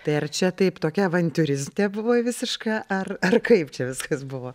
tai ar čia taip tokia avantiūristė buvai visiška ar ar kaip čia viskas buvo